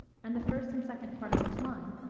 and the first and second part of each line,